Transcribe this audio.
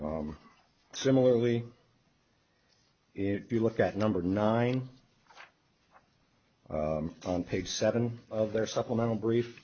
similarly if you look at number nine on page seven of their supplemental brief